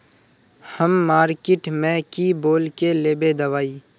हम मार्किट में की बोल के लेबे दवाई?